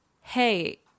hey